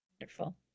wonderful